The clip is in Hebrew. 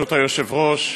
היושב-ראש,